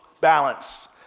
balance